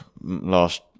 last